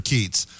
Keats